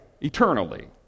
Eternally